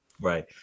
Right